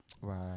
right